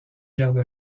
garde